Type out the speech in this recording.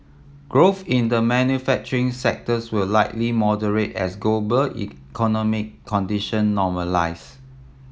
growth in the manufacturing sectors will likely moderate as global economic condition normalise